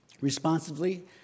responsively